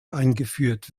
eingeführt